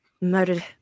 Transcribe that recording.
murdered